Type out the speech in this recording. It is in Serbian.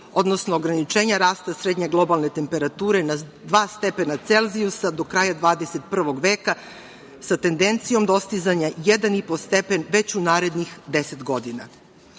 odnosno ograničenja rasta srednje globalne temperature na dva stepena celzijusa do kraja 21. veka sa tendencijom dostizanja 1,5 stepen već u narednih 10 godina. Ovo